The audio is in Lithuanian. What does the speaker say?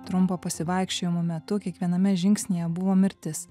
trumpo pasivaikščiojimo metu kiekviename žingsnyje buvo mirtis